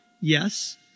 Yes